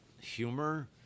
humor